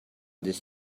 this